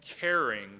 caring